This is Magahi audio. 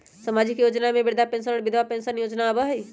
सामाजिक योजना में वृद्धा पेंसन और विधवा पेंसन योजना आबह ई?